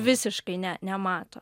visiškai ne nemato